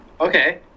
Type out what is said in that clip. Okay